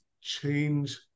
change